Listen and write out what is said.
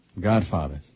Godfather's